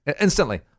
Instantly